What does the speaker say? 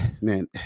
man